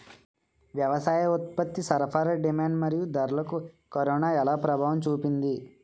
వ్యవసాయ ఉత్పత్తి సరఫరా డిమాండ్ మరియు ధరలకు కరోనా ఎలా ప్రభావం చూపింది